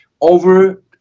over